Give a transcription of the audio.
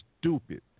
stupid